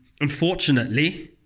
unfortunately